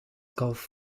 gulf